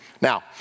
Now